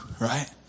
right